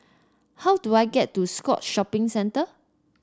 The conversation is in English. how do I get to Scotts Shopping Centre